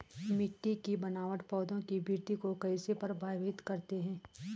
मिट्टी की बनावट पौधों की वृद्धि को कैसे प्रभावित करती है?